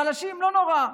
החלשים, לא נורא.